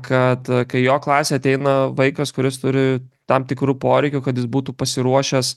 kad kai į jo klasę ateina vaikas kuris turi tam tikrų poreikių kad jis būtų pasiruošęs